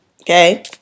okay